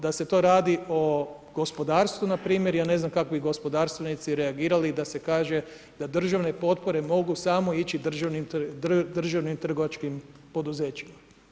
Da se to radi o gospodarstvu npr. ja ne znam kako bi gospodarstvenici reagirali da se kaže da državne potpore mogu samo ići državnim trgovačkim poduzećima.